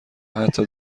حتی